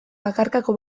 bakarkako